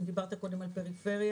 אם דיברת קודם על פריפריה,